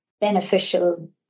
beneficial